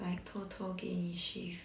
like 偷偷给你 shift